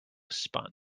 sponge